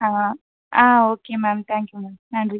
ah okay ma'am thank you ma'am நன்றி